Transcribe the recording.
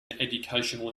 educational